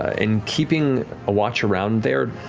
ah in keeping watch around there,